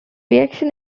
reaction